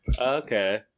okay